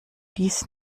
dies